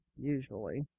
Usually